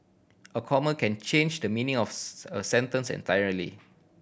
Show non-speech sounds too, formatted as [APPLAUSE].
a comma can change the meaning of [UNINTELLIGIBLE] a sentence entirely